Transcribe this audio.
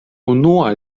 unua